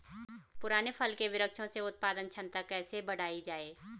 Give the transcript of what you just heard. पुराने फल के वृक्षों से उत्पादन क्षमता कैसे बढ़ायी जाए?